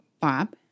Bob